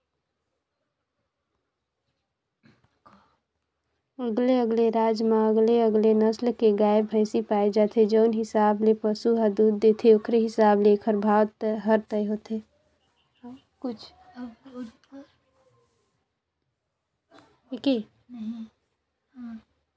अलगे अलगे राज म अलगे अलगे नसल के गाय, भइसी पाए जाथे, जउन हिसाब ले पसु ह दूद देथे ओखरे हिसाब ले एखर भाव हर तय होथे